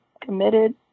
committed